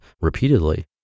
repeatedly